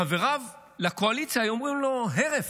חבריו לקואליציה היו אומרים לו: הרף,